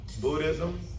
Buddhism